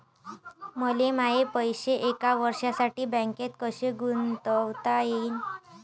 मले माये पैसे एक वर्षासाठी बँकेत कसे गुंतवता येईन?